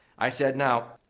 i said, now,